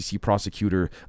prosecutor